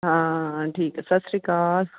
ਹਾਂ ਠੀਕ ਹੈ ਸਤਿ ਸ਼੍ਰੀ ਅਕਾਲ